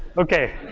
okay.